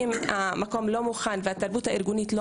אם המקום לא מוכן והתרבות הארגונית לא